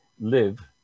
live